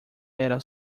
era